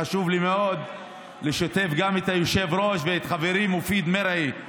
חשוב לי מאוד לשתף גם את היושב-ראש ואת חברי מופיד מרעי,